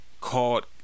called